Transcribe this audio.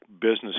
business